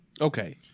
Okay